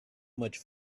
much